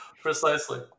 Precisely